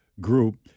group